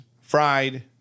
fried